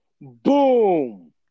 Boom